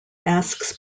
asks